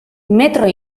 metro